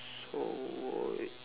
so